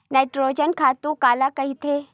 Nitrogen खातु काला कहिथे?